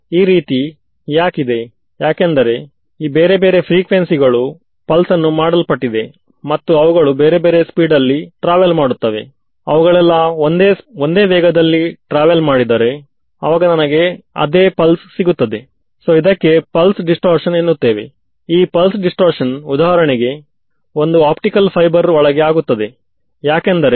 ಈಗಾಗಲೇ ನಾವು boundary condition ಬಗ್ಗೆ ಚರ್ಚೆ ಮಾಡಿದ್ದೇವೆ ಮತ್ತು ನಾವು ಕಂಡದ್ದು ಏನೆಂದರೆ ಉದಾಹರಣೆಗೆ ರೇಡಿಯೇಶನ್ ಬೌಂಡರಿ ಕಂಡಿಷನ್ ಅನ್ನು ನಾವು ಸರಿಯಾಗಿ ಉಪಯೊಗಿಸಿದ್ದೇವೆ